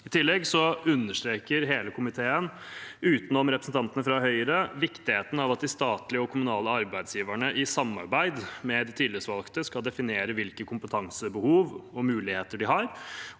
I tillegg understreker hele komiteen, utenom representantene fra Høyre, viktigheten av at de statlige og kommunale arbeidsgiverne i samarbeid med de tillitsvalgte skal definere hvilke kompetansebehov og muligheter de har,